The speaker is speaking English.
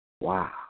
Wow